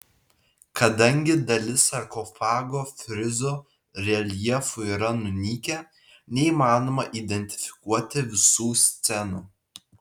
kadangi dalis sarkofago frizo reljefų yra nunykę neįmanoma identifikuoti visų scenų